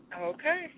Okay